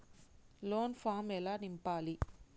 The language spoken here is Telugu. లోన్ ఫామ్ ఎలా నింపాలి?